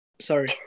Sorry